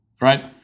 right